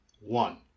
One